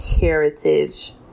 heritage